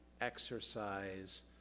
exercise